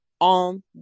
on